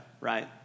right